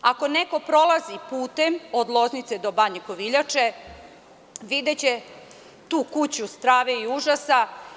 Ako neko prolazi putem od Loznice do Banje Koviljače, videće tu kuću strave i užasa.